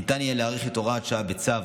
ניתן יהיה להאריך את הוראת השעה בצו,